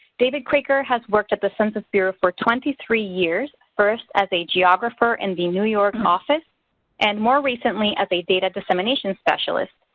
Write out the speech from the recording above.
david kraiker has worked at the census bureau for twenty three years first as a geographer in the new york office and more recently as a data dissemination specialist.